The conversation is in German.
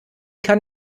kann